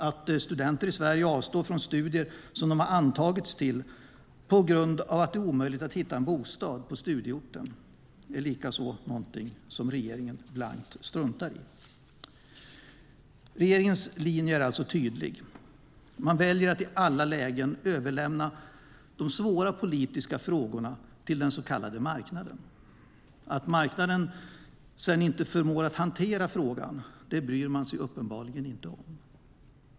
Att studenter i Sverige avstår från studier som de har antagits till på grund av att det är omöjligt att hitta bostad på studieorten är likaså något regeringen struntar blankt i. Regeringens linje är alltså tydlig. Man väljer i alla lägen att överlämna de svåra politiska frågorna till den så kallade marknaden. Att marknaden sedan inte förmår att hantera frågan bryr man sig uppenbarligen inte om.